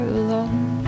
alone